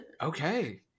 Okay